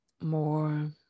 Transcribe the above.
more